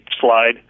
slide